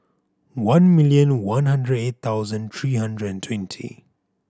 one million one hundred eight thousand three hundred twenty